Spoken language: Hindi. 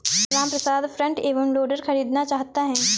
रामप्रसाद फ्रंट एंड लोडर खरीदना चाहता है